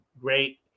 great